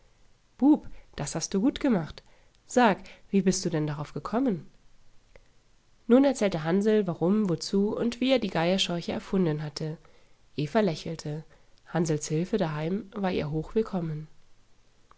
bub das hast du gut gemacht sag wie bist du denn drauf gekommen nun erzählte hansl warum wozu und wie er die geierscheuche erfunden hatte eva lächelte hansls hilfe daheim war ihr